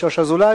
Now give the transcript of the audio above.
לשוש אזולאי.